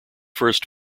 first